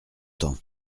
temps